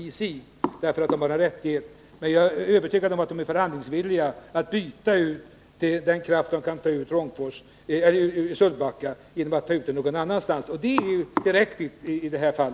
Jag är övertygad om att Trångfors är förhandlingsvilligt och kan tänka sig att byta den kraft som bolaget kan ta ut i Sölvbacka mot kraft som kan tas ut någon annanstans. Och det är ju tillräckligt i detta fall.